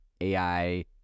AI